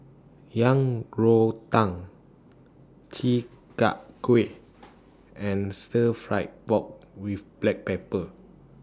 Yang Rou Tang Chi Kak Kuih and Stir Fried Pork with Black Pepper